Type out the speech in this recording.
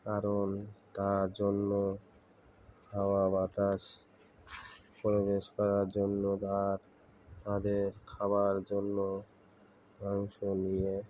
কারণ তার জন্য হাওয়া বাতাস প্রবেশ করার জন্য বা তাদের খাবার জন্য মাংস নিয়ে